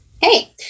Hey